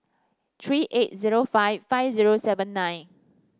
three eight zero five five zero seven nine